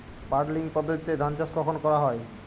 Puddling পদ্ধতিতে ধান চাষ কখন করা হয়?